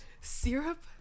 Syrup